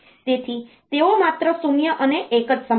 તેથી તેઓ માત્ર શૂન્ય અને એક જ સમજશે